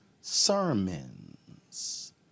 sermons